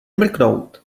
mrknout